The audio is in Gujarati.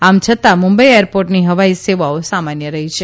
આમ છતાં મુંબઇ એરપોર્ટની હવાઇ સેવાઓ સામાન્ય રહી છે